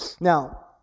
Now